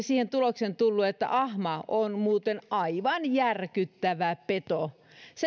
siihen tulokseen tullut että ahma on aivan järkyttävä peto